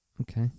Okay